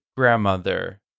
grandmother